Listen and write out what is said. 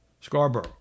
Scarborough